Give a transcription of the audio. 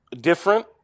different